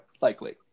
Likely